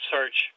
Search